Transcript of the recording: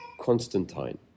Constantine